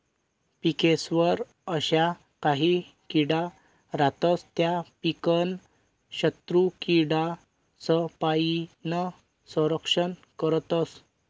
पिकेस्वर अशा काही किडा रातस त्या पीकनं शत्रुकीडासपाईन संरक्षण करतस